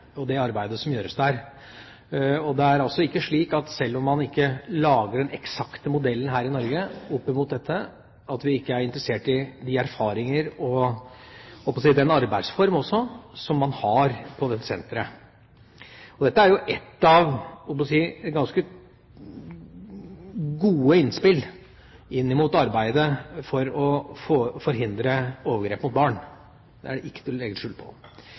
om vi ikke lager den eksakte modellen her i Norge opp mot dette, er det ikke slik at vi ikke er interessert i de erfaringer og den arbeidsformen man har ved dette senteret. Dette er jo ett av flere ganske gode innspill i arbeidet for å forhindre overgrep mot barn. Det er ikke til å legge skjul på.